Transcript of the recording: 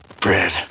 bread